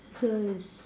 so it's